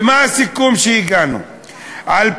ומה הסיכום שהגענו אליו?